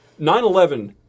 9-11